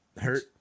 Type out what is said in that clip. Hurt